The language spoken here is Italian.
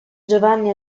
giovanni